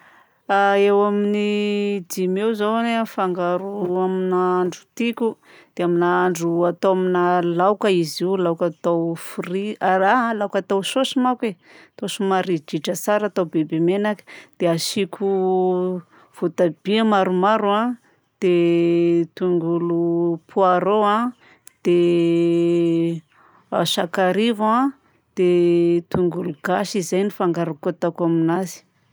Eo amin'ny dimy eo zao ny fangaro ro amin'ny nahandro tiako. Dia amin'ny nahandro, atao amina laoka izy io, laoka atao fri- aaa, laoka atao saosy manko e. Atao somary ridritra tsara sady be menaka. Dia asiako voatabia maromaro a, dia tongolo poireau a, dia sakarivo a, dia tongolo gasy, zay no fangaroako ataoko aminazy.